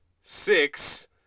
six